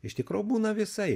iš tikro būna visaip